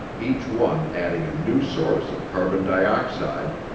each one adding a new source of carbon dioxide,